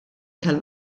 tal